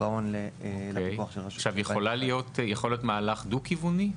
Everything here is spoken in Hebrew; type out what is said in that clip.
ההון לפיקוח של רשות --- יכול להיות מהלך דו כיווני?